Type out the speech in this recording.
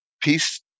peace